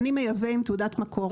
הוא מייבא עם תעודת מקור,